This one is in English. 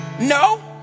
No